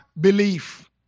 belief